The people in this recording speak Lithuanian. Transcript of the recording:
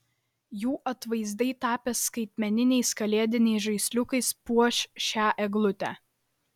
jų atvaizdai tapę skaitmeniniais kalėdiniais žaisliukais puoš šią eglutę